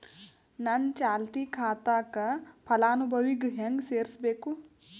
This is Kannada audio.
ನನ್ನ ಚಾಲತಿ ಖಾತಾಕ ಫಲಾನುಭವಿಗ ಹೆಂಗ್ ಸೇರಸಬೇಕು?